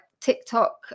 TikTok